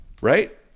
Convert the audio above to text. Right